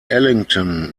ellington